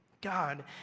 God